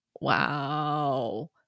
Wow